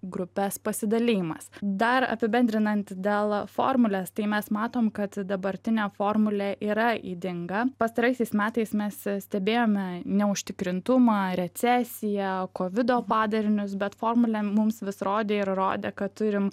grupes pasidalijimas dar apibendrinant dėl formulės tai mes matom kad dabartinė formulė yra ydinga pastaraisiais metais mes stebėjome neužtikrintumą recesiją kovido padarinius bet formulė mums vis rodė ir rodė kad turim